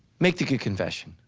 make the good confession.